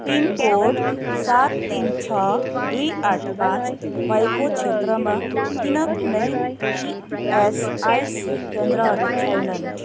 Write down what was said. pin code सात तिन छ दुई आठ पाँच भएको क्षेत्रमा किन कुनै इएसआइसी केन्द्रहरू छैनन्